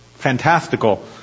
Fantastical